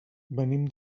venim